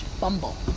Bumble